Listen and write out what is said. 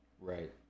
Right